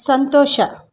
ಸಂತೋಷ